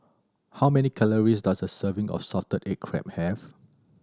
how many calories does a serving of salted egg crab have